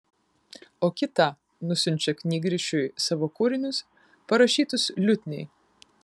o kitą nusiunčia knygrišiui savo kūrinius parašytus liutniai